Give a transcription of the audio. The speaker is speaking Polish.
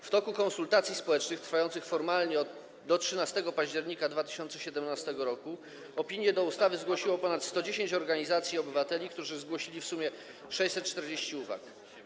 W toku konsultacji społecznych trwających formalnie do 13 października 2017 r. opinie do ustawy zgłosiło ponad 110 organizacji i obywateli, którzy przedstawili w sumie 640 uwag.